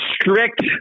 strict